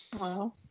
Wow